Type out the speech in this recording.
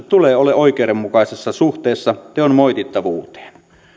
tulee olla oikeudenmukaisessa suhteessa teon moitittavuuteen